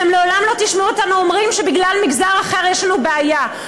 אתם לעולם לא תשמעו אותנו אומרים שבגלל מגזר אחר יש לנו בעיה.